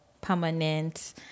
permanent